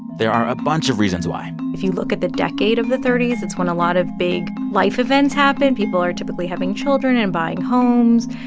there are a bunch of reasons why if you look at the decade of the thirty s, it's when a lot of big life events happen. people are typically having children and buying homes.